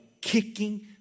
kicking